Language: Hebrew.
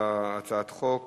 נעבור להצעת החוק הבאה, הצעת חוק